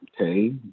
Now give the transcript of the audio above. Okay